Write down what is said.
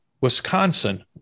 Wisconsin